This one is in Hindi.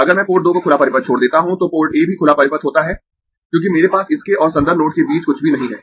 अगर मैं पोर्ट 2 को खुला परिपथ छोड़ देता हूं तो पोर्ट A भी खुला परिपथ होता है क्योंकि मेरे पास इसके और संदर्भ नोड के बीच कुछ भी नहीं है